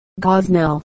Gosnell